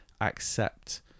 accept